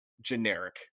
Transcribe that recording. generic